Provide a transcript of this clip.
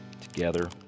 together